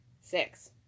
Six